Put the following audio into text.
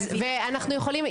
אז אנחנו יכולים,